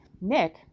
Nick